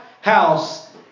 house